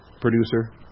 producer